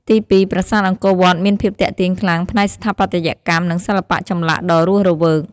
ទីពីរ ប្រាសាទអង្គរវត្តមានភាពទាក់ទាញខ្លាំងផ្នែកស្ថាបត្យកម្ម និងសិល្បៈចម្លាក់ដ៏រស់រវើក។